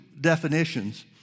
definitions